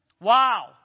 Wow